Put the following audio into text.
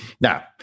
Now